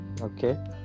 okay